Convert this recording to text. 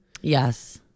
Yes